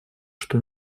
что